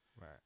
Right